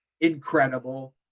incredible